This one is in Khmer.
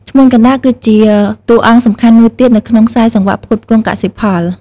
ឈ្មួញកណ្តាល គឺជាតួអង្គសំខាន់មួយទៀតនៅក្នុងខ្សែសង្វាក់ផ្គត់ផ្គង់កសិផល។